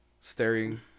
staring